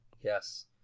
Yes